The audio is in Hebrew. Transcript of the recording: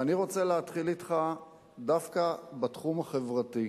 אני רוצה להתחיל אתך דווקא בתחום החברתי.